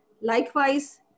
Likewise